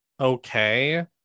okay